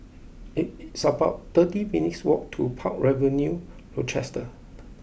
it it's about thirty minutes' walk to Park Avenue Rochester